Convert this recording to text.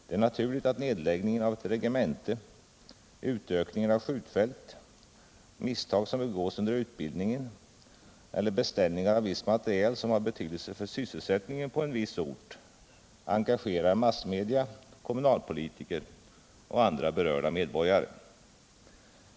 Det är naturligt att nedläggningen av ett regemente, utökningen av ett skjutfält, misstag som begås under utbildningen eller beställningen av viss materiel, som har betydelse för sysselsättningen på en viss ort, engagerar massmedia, kommunalpolitiker och andra berörda medborgare.